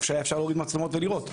איפה שהיה אפשר להוריד מצלמות ולראות.